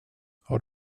har